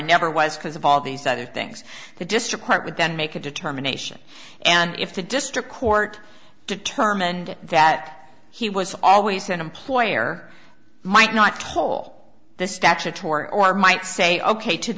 never was because of all these other things the district court would then make a determination and if the district court determined that he was always an employer might not toll the statutory or might say ok to